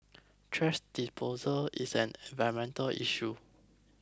thrash disposal is an environmental issue